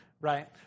right